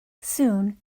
soon